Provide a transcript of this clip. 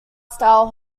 style